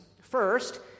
First